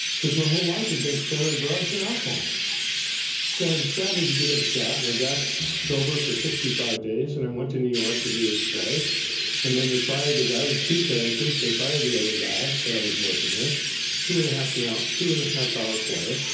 because my whole life had been spent on drugs and alcohol so i decided to give it a shot and i got sober for sixty five days and i went to new york to do this play and then they fired the guy was two characters they fired the other guy that i was working with two and a half now two and a half hour play